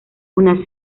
una